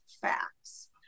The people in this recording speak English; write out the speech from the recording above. facts